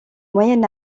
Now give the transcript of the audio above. moyen